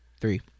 three